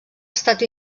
estat